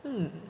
hmm